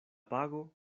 pago